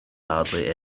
hardly